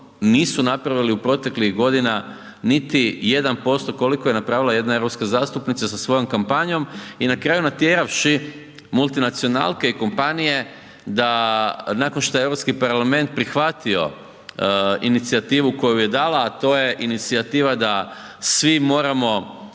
nisu napravili u proteklih godina koliko je napravila jedna europska zastupnica sa svojom kampanjom i na kraju natjeravši multinacionalke i kompanije da nakon što je Europski parlament prihvatio inicijativu koju je dala, a to je inicijativa da svi moramo